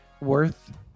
worth